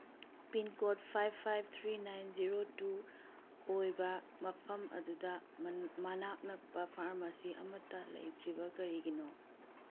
pincode five five three nine zero two ꯑꯣꯏꯕ ꯃꯐꯝ ꯑꯗꯨꯗ ꯃꯅꯥꯛ ꯅꯛꯄ ꯐꯥꯔꯃꯥꯁꯤ ꯑꯃꯠꯇ ꯂꯩꯇ꯭ꯔꯤꯕ ꯀꯔꯤꯒꯤꯅꯣ